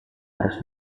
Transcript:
harus